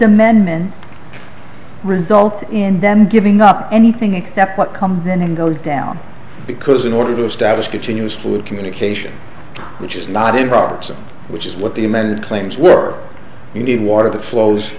amendment result in them giving up anything except what comes in and goes down because in order to establish continuous loop communication which is not in robertson which is what the amended claims were you need water that flows